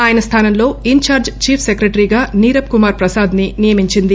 ఆయన స్టానంలో incharge chief secretary గా నీరబ్ కుమార్ ప్రసాద్ ని నియమించింది